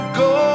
go